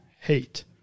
hate